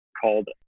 called